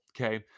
Okay